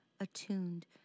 attuned